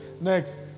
Next